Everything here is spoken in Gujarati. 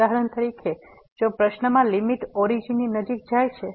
ઉદાહરણ તરીકે જો પ્રશ્નમા લીમીટ ઓરીજીન ની નજીક જાય છે